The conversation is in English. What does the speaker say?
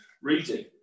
Reading